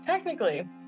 Technically